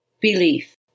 Belief